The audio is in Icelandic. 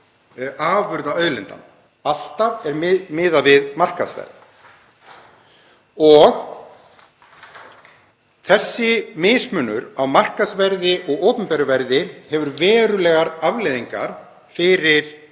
afurða auðlinda, alltaf er miðað við markaðsverð. Þessi mismunur á markaðsverði og opinberu verði hefur verulegar afleiðingar fyrir